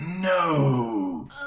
No